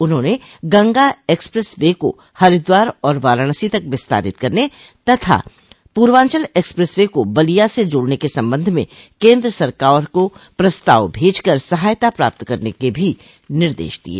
उन्होंने Ganga expressway को हरिद्वार औरवाराणसी तक विस्तारित करने तथा पूर्वांचल एक्सप्रेस वे को बलिया स जोड़ने के संबंध में केन्द्र सरकार को प्रस्ताव भेज कर सहायता प्राप्त करने के भी निर्देश दिये